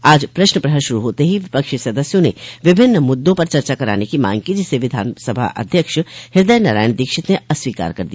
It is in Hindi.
आज प्रश्न पहर शुरू होते ही विपक्षी सदस्यों ने विभिन्न मुददों पर चर्चा कराने की मांग की जिसे विधानसभा अध्यक्ष हदय नारायण दीक्षित ने अस्वीकार कर दिया